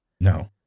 no